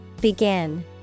Begin